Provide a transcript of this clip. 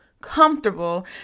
comfortable